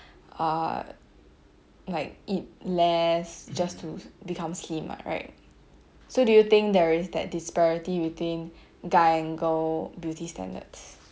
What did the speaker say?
uh like eat less just to become slim what right so do you think there is that disparity between guy and girl beauty standards